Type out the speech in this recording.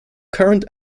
current